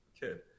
kid